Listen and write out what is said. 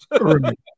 Right